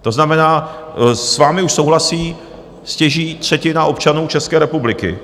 To znamená, s vámi už souhlasí stěží třetina občanů České republiky.